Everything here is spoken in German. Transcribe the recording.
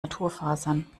naturfasern